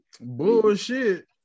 Bullshit